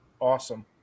Awesome